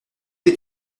est